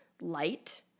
light